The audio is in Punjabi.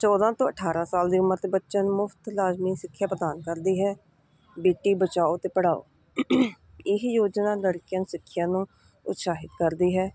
ਚੌਦ੍ਹਾਂ ਤੋਂ ਅਠਾਰ੍ਹਾਂ ਸਾਲ ਦੀ ਉਮਰ ਦੇ ਬੱਚਿਆਂ ਨੂੰ ਮੁਫਤ ਲਾਜ਼ਮੀ ਸਿੱਖਿਆ ਪ੍ਰਦਾਨ ਕਰਦੀ ਹੈ ਬੇਟੀ ਬਚਾਓ ਅਤੇ ਪੜਾਓ ਇਹ ਯੋਜਨਾ ਲੜਕੀਆਂ ਦੀ ਸਿੱਖਿਆ ਨੂੰ ਉਤਸ਼ਾਹਿਤ ਕਰਦੀ ਹੈ